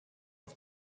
auf